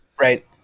Right